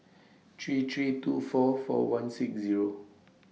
three three two four four one six Zero